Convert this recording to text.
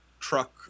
truck